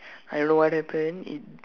I don't know what happen it